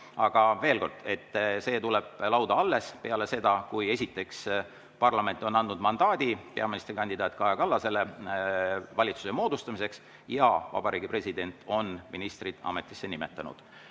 Aga veel kord: see tuleb lauda alles peale seda, kui parlament on andnud mandaadi peaministrikandidaat Kaja Kallasele valitsuse moodustamiseks ja Vabariigi President on ministrid ametisse nimetanud. Ja